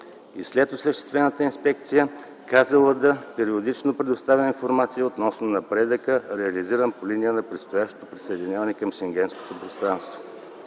И след осъществяваната инспекция КЗЛД периодично предоставя информация относно напредъка, реализиран по линия на предстоящото присъединяване към Шенгенското пространство.